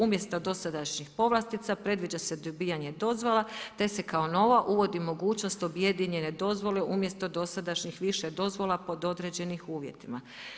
Umjesto dosadašnjih povlastica predviđa se dobivanje dozvola te se kao nova uvodi mogućnost objedinjene dozvole umjesto dosadašnjih više dozvola pod određenim uvjetima.